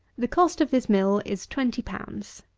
the cost of this mill is twenty pounds.